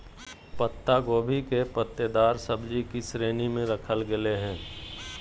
पत्ता गोभी के पत्तेदार सब्जि की श्रेणी में रखल गेले हें